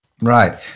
Right